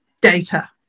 data